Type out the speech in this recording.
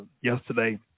yesterday